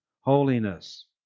holiness